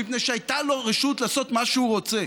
מפני שהייתה לו רשות לעשות מה שהוא רוצה.